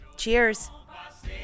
Cheers